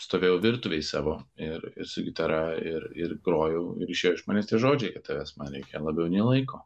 stovėjau virtuvėj savo ir ir su gitara ir ir grojau ir išėjo iš manęs tie žodžiai tavęs man reikia labiau nei laiko